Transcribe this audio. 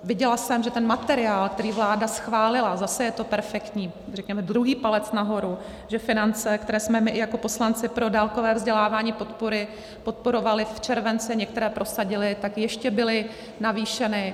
Viděla jsem, že ten materiál, který vláda schválila zase je to perfektní, řekněme, druhý palec nahoru že finance, které jsme my i jako poslanci pro dálkové vzdělávání podporovali v červenci a některé prosadili, tak ještě byly navýšeny.